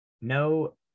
no